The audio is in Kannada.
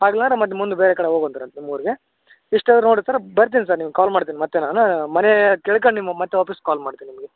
ಆಗ್ಲಾರ ಮತ್ತೆ ಮುಂದೆ ಬೇರೆ ಕಡೆ ಹೋಗುವಂತಿರಂತೆ ನಿಮ್ಮ ಊರಿಗೆ ಇಷ್ಟ ಆದ್ರೆ ನೋಡಿರಿ ಸರ್ರ್ ಬರ್ತೀನಿ ಸರ್ ನಿಮ್ಗೆ ಕಾಲ್ ಮಾಡ್ತೀನಿ ಮತ್ತೆ ನಾನು ಮನೆ ಕೇಳ್ಕಂಡು ನಿಮ್ಗೆ ಮತ್ತೆ ವಾಪಸ್ ಕಾಲ್ ಮಾಡ್ತೀನಿ ನಿಮಗೆ